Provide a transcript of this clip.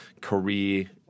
career